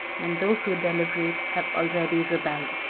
and those who deliberate have already rebelled.